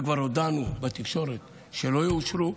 וכבר הודענו שלא יאושרו,